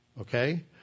Okay